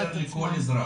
לאפשר לכל אזרח